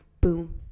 boom